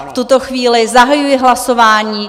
V tuto chvíli zahajuji hlasování.